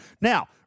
Now